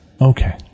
Okay